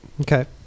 Okay